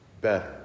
better